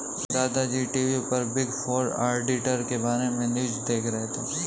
दादा जी टी.वी पर बिग फोर ऑडिटर के बारे में न्यूज़ देख रहे थे